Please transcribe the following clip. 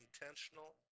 intentional